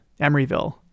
Emeryville